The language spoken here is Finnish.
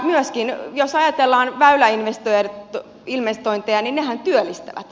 myöskin jos ajatellaan väyläinvestointeja niin nehän työllistävät